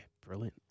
Brilliant